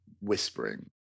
whispering